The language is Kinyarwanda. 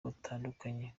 batandukanye